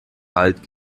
halt